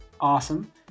awesome